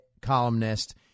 columnist